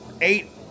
eight